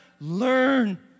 Learn